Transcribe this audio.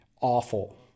awful